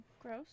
gross